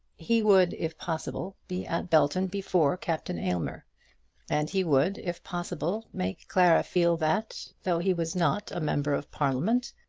he would, if possible, be at belton before captain aylmer and he would, if possible, make clara feel that, though he was not a member of parliament,